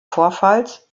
vorfalls